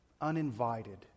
uninvited